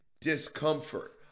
discomfort